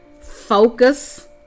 focus